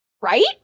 Right